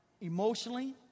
emotionally